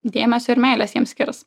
dėmesio ir meilės jiems skirs